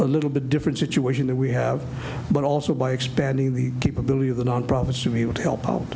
a little bit different situation that we have but also by expanding the capability of the nonprofits to be able to help